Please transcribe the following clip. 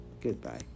Goodbye